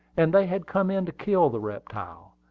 and they had come in to kill the reptile.